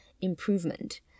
improvement